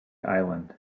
island